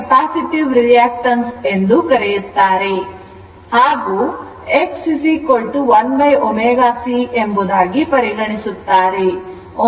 ω C ಇದನ್ನು capacitive reactance ಎಂದು ಕರೆಯುತ್ತಾರೆ ಹಾಗೂ X 1ω C ಎಂಬುದಾಗಿ ಪರಿಗಣಿಸುತ್ತಾರೆ